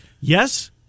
yes